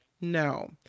No